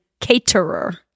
caterer